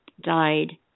died